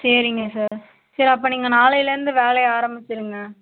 சரிங்க சார் சேரி அப்போ நீங்கள் நாளையிலருந்து வேலையை ஆரம்பிச்சிருங்க